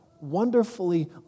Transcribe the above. wonderfully